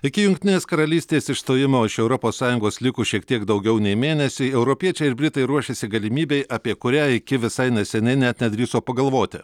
iki jungtinės karalystės išstojimo iš europos sąjungos likus šiek tiek daugiau nei mėnesiui europiečiai ir britai ruošiasi galimybei apie kurią iki visai neseniai net nedrįso pagalvoti